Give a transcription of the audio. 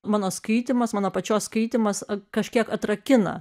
mano skaitymas mano pačios skaitymas kažkiek atrakina